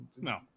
no